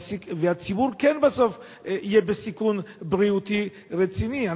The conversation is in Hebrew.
והציבור כן יהיה בסוף בסיכון בריאותי רציני.